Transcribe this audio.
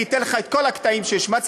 אני אתן לך את כל הקטעים שהשמצתם,